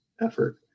effort